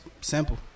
Simple